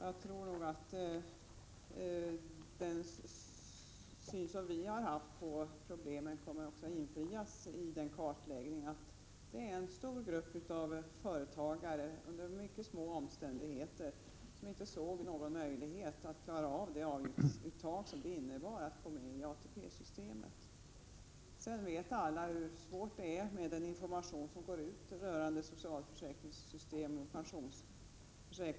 Jag tror nog att den syn som vi har haft på problemen kommer att bekräftas vid den kartläggningen, nämligen att undantagandepensionärerna är en stor grupp av företagare under mycket små omständigheter som inte såg någon möjlighet att klara det avgiftsuttag som det innebar att gå med i ATP-systemet. Sedan vet alla hur svårt det är med den information som går ut om socialförsäkringssystem och pensionssystem.